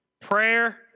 prayer